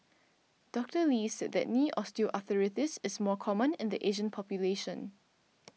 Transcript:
Doctor Lee said that knee Osteoarthritis is more common in the Asian population